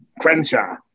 Crenshaw